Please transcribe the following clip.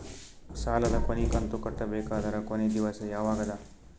ಸಾಲದ ಕೊನಿ ಕಂತು ಕಟ್ಟಬೇಕಾದರ ಕೊನಿ ದಿವಸ ಯಾವಗದ?